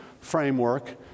framework